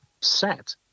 set